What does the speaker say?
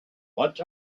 what